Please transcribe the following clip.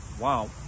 Wow